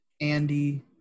Andy